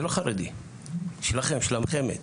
זה לא חרדי, זה שלכם, של החמ"ד.